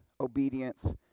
obedience